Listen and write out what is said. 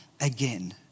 again